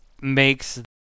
makes